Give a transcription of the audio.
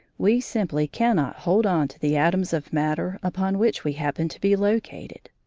we simply cannot hold on to the atoms of matter upon which we happen to be located.